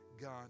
God